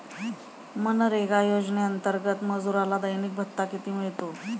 मनरेगा योजनेअंतर्गत मजुराला दैनिक भत्ता किती मिळतो?